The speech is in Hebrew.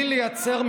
בהובלת שרת התחבורה,